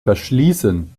verschließen